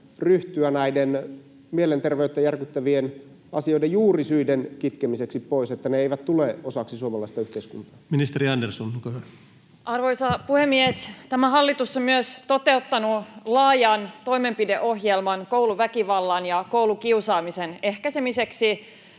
ryhtyä näiden mielenterveyttä järkyttävien asioiden juurisyiden kitkemiseksi pois, niin että ne eivät tule osaksi suomalaista yhteiskuntaa? Ministeri Andersson, olkaa hyvä. Arvoisa puhemies! Tämä hallitus on myös toteuttanut laajan toimenpideohjelman kouluväkivallan ja koulukiusaamisen ehkäisemiseksi,